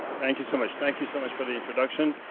thank you so much. thank you so much for the introduction.